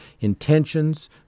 intentions